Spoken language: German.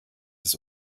des